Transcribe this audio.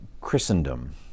Christendom